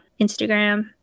instagram